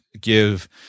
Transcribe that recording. give –